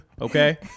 okay